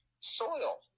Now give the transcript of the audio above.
soil